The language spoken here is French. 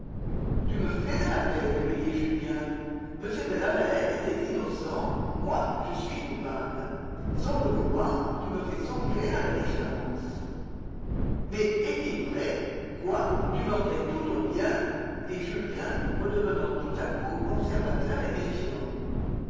tu me fais peine lui dit julien m de lavalette était innocent moi je suis coupable sans le vouloir tu me fais songer à la différence mais est-il vrai quoi tu vendrais tout ton bien dit julien redevenant tout à coup observateur et méfiant